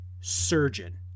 surgeon